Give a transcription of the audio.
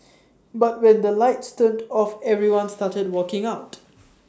but when the lights turned off everyone started walking out